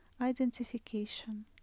identification